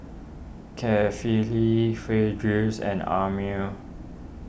Kefli fail drills and Amrin